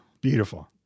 beautiful